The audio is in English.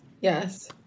Yes